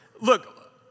look